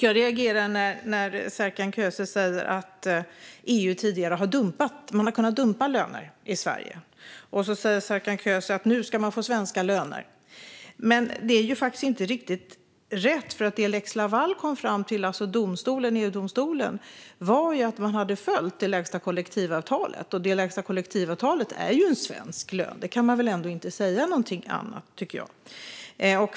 Jag reagerar när Serkan Köse säger att EU tidigare har dumpat löner i Sverige. Serkan Köse säger vidare att det nu ska bli svenska löner. Men det är faktiskt inte riktigt rätt. Det EU-domstolen kom fram till i lex Laval var att man hade följt kollektivavtalsvillkor som angav den lägsta nivån. Det lägsta kollektivavtalsvillkoret är en svensk lön. Där kan vi ändå inte säga något annat.